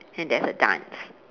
and there's the dance